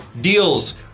deals